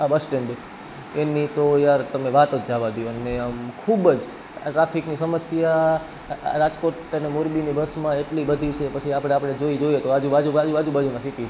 આ બસ સ્ટેન્ડની તેમની તો યાર તમે વાત જ જવા દ્યો અને આમ ખૂબ જ ટ્રાફિકની સમસ્યા રાજકોટ અને મોરબીની બસમાં એટલી બધી છે પછી આપણે જોઈએ તો આજુ બાજુમાં બાજુ બાજુમાં સિટી છે